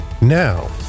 now